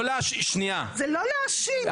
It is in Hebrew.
לא להאשים,